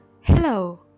Hello